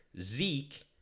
Zeke